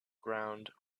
ground